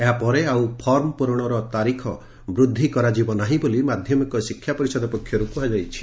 ଏହାପରେ ଆଉ ଫର୍ମ ପୂରଣର ତାରିଖ ବୃଦ୍ଧି କରାଯିବ ନାହିଁ ବୋଲି ମାଧ୍ଧମିକ ଶିକ୍ଷା ପରିଷଦ ପକ୍ଷରୁ କୁହାଯାଇଛି